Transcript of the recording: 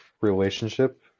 relationship